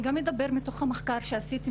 אני גם אדבר מתוך המחקר שעשיתי,